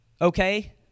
okay